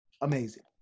Amazing